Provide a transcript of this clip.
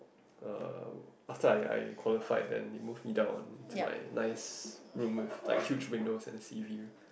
uh after I I qualified then they move me down to my nice room with like huge windows and a sea view